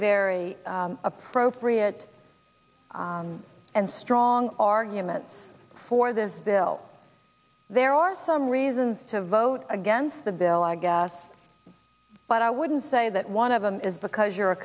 very appropriate and strong arguments for this bill there are some reasons to vote against the bill i guess but i wouldn't say that one of them is because you're a